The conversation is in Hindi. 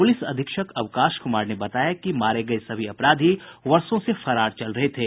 प्रलिस अधीक्षक अवकाश कुमार ने बताया कि मारे गये सभी अपराधी वर्षों से फरार चल रहे थे